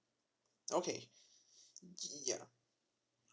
okay ya